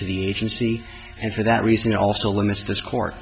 to the agency and for that reason also when this this court